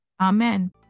Amen